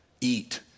eat